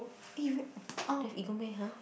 eh you very don't have ego meh !huh!